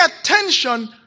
attention